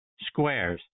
squares